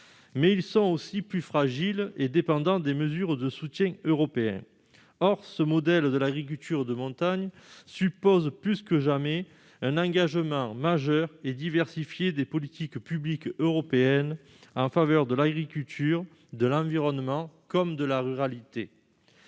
mais ils sont aussi plus fragiles et dépendants des mesures européennes de soutien. Or ce modèle de l'agriculture de montagne suppose, plus que jamais, un engagement majeur et diversifié des politiques publiques européennes en faveur de l'agriculture, de l'environnement et de la ruralité.